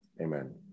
Amen